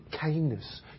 kindness